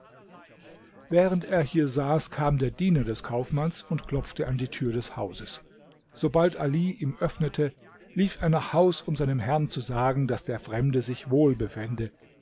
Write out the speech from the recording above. während er hier saß kam der diener des kaufmanns und klopfte an die tür des hauses sobald ali ihm öffnete lief er nach haus um seinem herrn zu sagen daß der fremde sich wohl befände